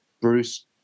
bruce